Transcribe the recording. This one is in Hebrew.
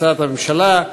להצעת הממשלה,